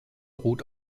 ruht